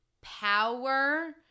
power